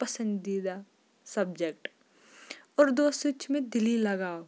پَسنٛدیٖدہ سَبجَکٹ اردوٗوَس سۭتۍ چھِ مےٚ دِلی لگاو